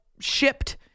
shipped